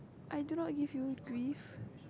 I do not give you grief